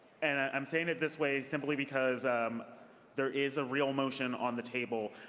and i'm saying it this way simply because um there is a real motion on the table,